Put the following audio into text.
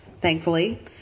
thankfully